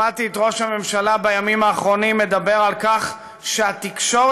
שמעתי את ראש הממשלה בימים האחרונים מדבר על כך שהתקשורת,